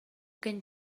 can